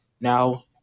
now